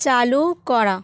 চালু করা